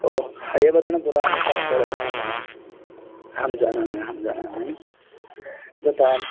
ओ हयवदनपुराणिक महोदयः वा अहं जानामि अहं जानामि भवतां